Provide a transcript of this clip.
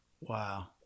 Wow